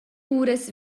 uras